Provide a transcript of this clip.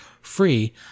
free